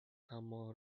اما